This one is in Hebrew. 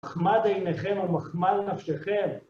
מחמד עיניכם ומחמל נפשכם.